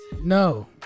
No